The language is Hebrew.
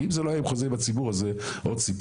כי אם זה לא היה חוזה עם הציבור אז זה עוד סיפור.